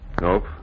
Nope